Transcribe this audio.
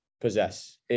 possess